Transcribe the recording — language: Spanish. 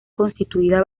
constituida